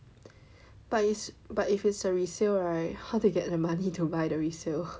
but is but if it's a resale right how they get the money to buy the resale